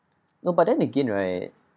no but then again right